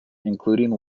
including